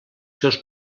seus